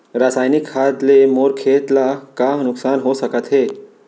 रसायनिक खाद ले मोर खेत ला का नुकसान हो सकत हे?